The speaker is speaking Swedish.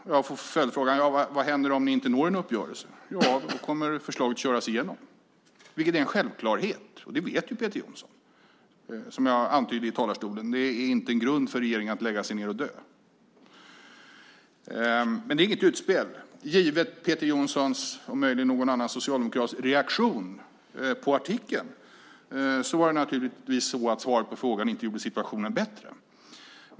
Jag fick följdfrågan: Vad händer om ni inte når en uppgörelse? Jag sade att förslaget då kommer att köras igenom, vilket är en självklarhet. Och det vet Peter Jonsson. Som jag antydde i talarstolen är det inte en grund för regeringen att lägga sig ned och dö. Men det var inget utspel. Givet Peter Jonssons och möjligen någon annan socialdemokrats reaktion på artikeln var det naturligtvis så att svaret på frågan inte gjorde situationen bättre.